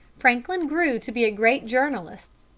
franklin grew to be a great journalist,